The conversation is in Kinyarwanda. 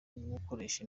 gukoresha